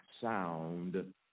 sound